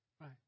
Right